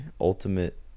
ultimate